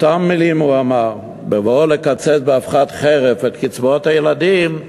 אותן מילים הוא אמר בבואו לקצץ באבחת חרב את קצבאות הילדים.